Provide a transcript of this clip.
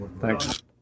Thanks